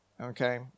Okay